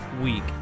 week